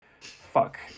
fuck